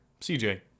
CJ